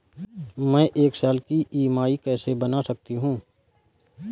मैं एक साल की ई.एम.आई कैसे बना सकती हूँ?